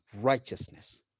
righteousness